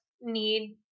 need